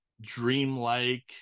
dreamlike